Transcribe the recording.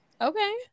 Okay